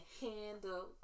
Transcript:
handle